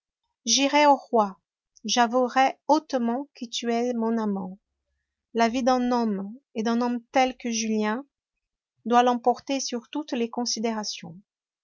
j'irai au roi j'avouerai hautement que tu es mon amant la vie d'un homme et d'un homme tel que julien doit l'emporter sur toutes les considérations